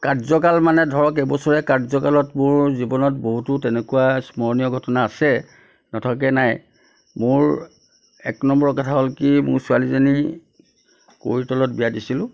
কাৰ্য্যকাল মানে ধৰক এবছৰীয়া কাৰ্য্যকালত মোৰ জীৱনত বহুতো তেনেকুৱা স্মৰণীয় ঘটনা আছে নথকাকৈ নাই মোৰ এক নম্বৰ কথা হ'ল কি মোৰ ছোৱালীজনী কৈৰিতলত বিয়া দিছিলোঁ